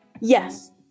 Yes